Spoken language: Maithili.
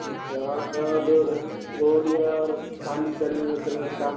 अच्छा आओर सब रोड आर पानि तानिके व्यवस्था